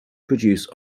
produce